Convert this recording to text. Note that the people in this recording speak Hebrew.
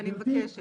אני מבקשת.